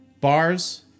bars